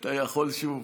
אתה יכול שוב.